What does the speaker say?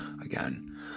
Again